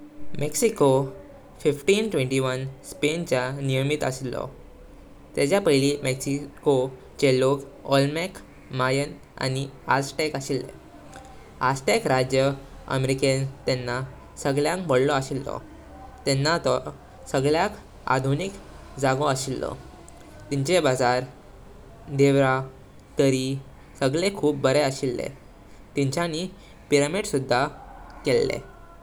Mexico पंधरा एकवीस Spain चे नियमित असलो। तेजा पैली मेक्सिको चे लोग ओलमेक, मायन आनी अझ्टेक अशिले। अझ्टेक राज्य अमेरिकेन तेंना संगल्यांग वाडलो अशिलो। तेंना तोह सगल्यक आधुनिक जागो अशिलो। तिनचे बाजार, देवरा, तारी सगळे खूप बरे अशिले। तिनचानी पिरॅमिड सुद्धा केले।